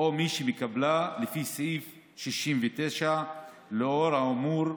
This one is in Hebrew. או מי שמקבלה לפי סעיף 69. לאור האמור,